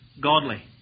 godly